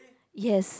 yes